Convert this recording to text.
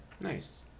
Nice